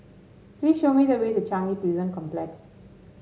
please show me the way to Changi Prison Complex